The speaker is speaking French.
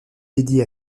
dédié